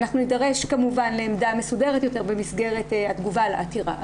אנחנו נידרש כמובן לעמדה מסודרת יותר במסגרת התגובה לעתירה.